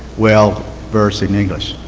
well versed in english,